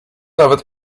nawet